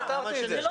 לא סתרתי את זה.